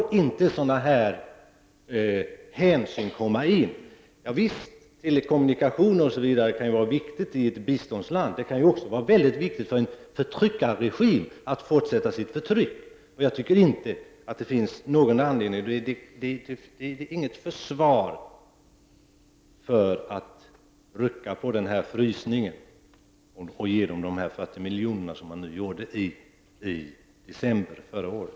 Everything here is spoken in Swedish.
I den situationen får sådana här hänsyn inte komma med i bilden. Ja visst, telekommunikationer etc. kan vara viktiga i ett biståndsland. Men det kan också vara så, att det är väldigt viktigt för en förtryckarregim att få fortsätta med sitt förtryck. Jag tycker alltså inte att det finns något försvar när det gäller detta med att rucka på frysningen och bevilja de 40 miljonerna, som skedde i december förra året.